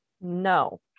No